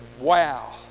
Wow